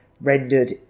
rendered